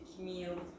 Meal